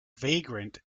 vagrant